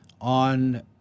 on